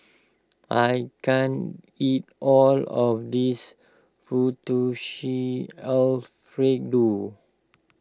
I can't eat all of this Fettuccine Alfredo